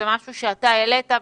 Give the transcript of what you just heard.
זה משהו שאתה העלית.